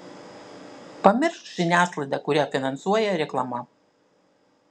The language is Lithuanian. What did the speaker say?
pamiršk žiniasklaidą kurią finansuoja reklama